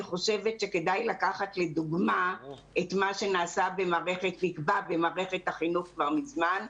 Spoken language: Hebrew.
אני חושבת שכדאי לקחת לדוגמא את מה שנעשה במערכת החינוך כבר מזמן,